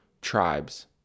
tribes